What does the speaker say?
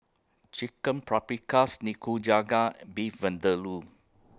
Chicken Paprikas Nikujaga Beef Vindaloo